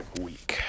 week